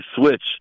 switch